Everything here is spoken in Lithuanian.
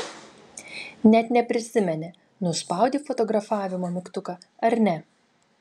net neprisimeni nuspaudei fotografavimo mygtuką ar ne